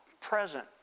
present